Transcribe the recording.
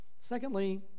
Secondly